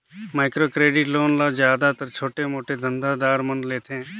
micro credit loan ल जादातर छोटे मोटे धंधा दार मन लेथें